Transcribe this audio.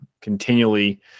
continually